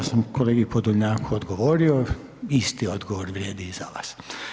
Ja sam kolegi Podolnjaku odgovorio, isti odgovor vrijedi i za vas.